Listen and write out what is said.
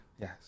Yes